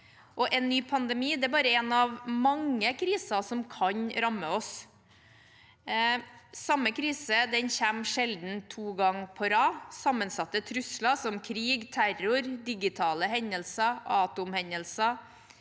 En ny pandemi er bare en av mange kriser som kan ramme oss. Samme krise kommer sjelden to ganger på rad. Sammensatte trusler som krig, terror, digitale hendelser, atomhendelser,